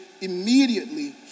immediately